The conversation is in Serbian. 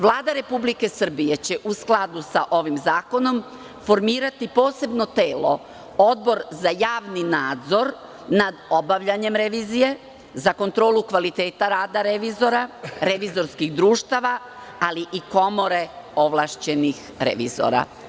Vlada Republike Srbije će u skladu sa ovim zakonom formirati posebno telo odbor za javni nadzor nad obavljanjem revizije, za kontrolukvaliteta rada revizora, revizorskih društava ali i komore ovlašćenih revizora.